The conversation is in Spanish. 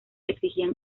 exigían